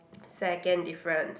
second difference